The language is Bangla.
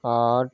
আট